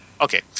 Okay